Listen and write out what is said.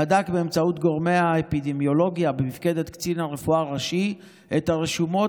בדק באמצעות גורמי האפידמיולוגיה במפקדת קצין רפואה ראשי את הרשומות